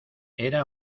era